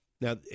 Now